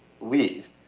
leave